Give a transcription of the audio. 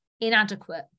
inadequate